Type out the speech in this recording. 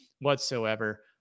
whatsoever